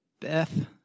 Beth